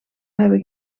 hebben